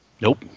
Nope